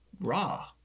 raw